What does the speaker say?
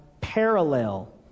parallel